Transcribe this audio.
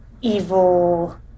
evil